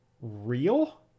real